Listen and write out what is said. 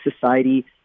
Society